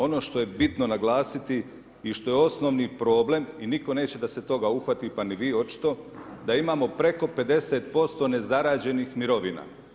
Ono što je bitno naglasiti i što je osnovni problem i nitko neće da se toga uhvati, pa ni vi očito, da imamo preko 50% nezarađenih mirovina.